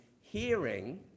hearing